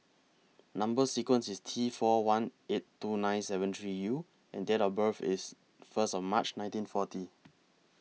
Number sequence IS T four one eight two nine seven three U and Date of birth IS First of March nineteen forty